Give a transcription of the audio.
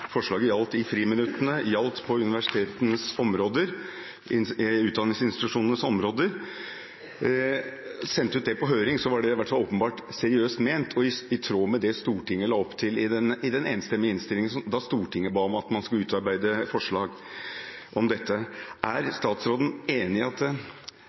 i hvert fall åpenbart seriøst ment og i tråd med det Stortinget la opp til i den enstemmige innstillingen da Stortinget ba om at man skulle utarbeide forslag om dette. Er statsråden enig i at